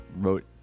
wrote